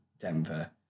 Denver